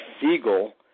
Siegel